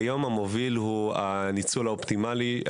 כיום המוביל הוא הניצול האופטימלי,